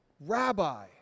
rabbi